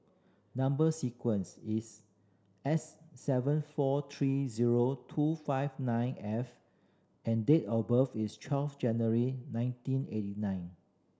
number sequence is S seven four three zero two five nine F and date of birth is twelve January nineteen eighty nine